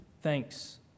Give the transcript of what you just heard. Thanks